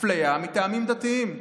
אפליה מטעמים דתיים ועלול,